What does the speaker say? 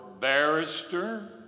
barrister